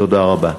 תודה רבה.